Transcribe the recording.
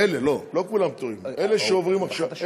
לא כולם פטורים, אלה שעוברים עכשיו.